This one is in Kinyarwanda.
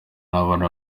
n’abana